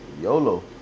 YOLO